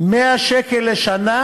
100 שקלים לשנה,